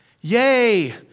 Yay